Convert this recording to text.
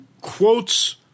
quotes